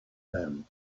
them